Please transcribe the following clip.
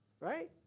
right